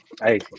hey